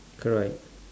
correct